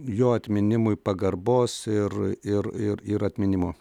jo atminimui pagarbos ir ir ir atminimo